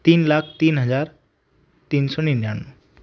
तीन लाख तीन हजार तीन सौ निन्यानवे